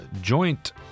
Joint